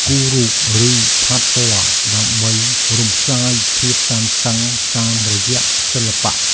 គូររូប ឬផាត់ពណ៌ ដើម្បីរំសាយភាពតានតឹងតាមរយៈសិល្បៈ។